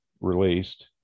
released